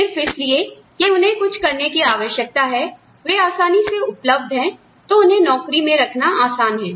सिर्फ इसलिए कि उन्हें कुछ करने की आवश्यकता है वे आसानी से उपलब्ध हैं तो उन्हें नौकरी में रखना आसान है